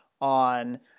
on